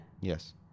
Yes